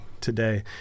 today